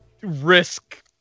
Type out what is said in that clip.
risk